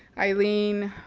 eileen,